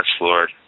Lord